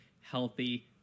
healthy